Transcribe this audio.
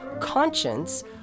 conscience